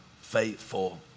faithful